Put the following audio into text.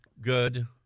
good